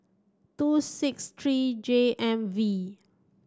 two six three J M V